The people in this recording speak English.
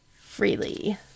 freely